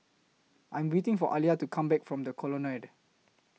I Am waiting For Aliya to Come Back from The Colonnade